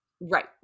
Right